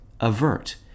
avert